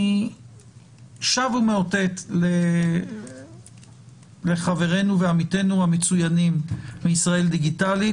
אני שב ומאותת לחברינו ועמיתינו המצוינים מ”ישראל דיגיטלית”,